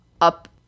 up